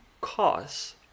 cause